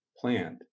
plant